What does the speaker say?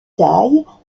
tailles